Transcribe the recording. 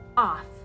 Off